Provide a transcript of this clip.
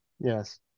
Yes